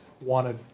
wanted